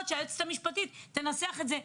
שהיועצת המשפטית תנסח את זה.